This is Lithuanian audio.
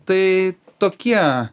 tai tokie